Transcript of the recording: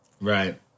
right